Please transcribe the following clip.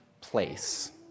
place